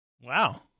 Wow